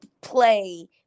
play